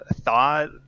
thought